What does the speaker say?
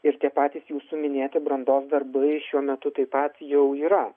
ir tie patys jūsų minėti brandos darbai šiuo metu taip pat jau yra